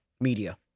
media